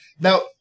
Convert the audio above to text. Now